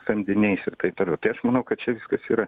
samdiniais ir taip toliau tai aš manau kad čia viskas yra